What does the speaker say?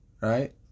Right